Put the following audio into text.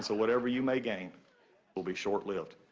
so whatever you may gain will be short-lived.